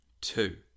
two